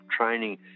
training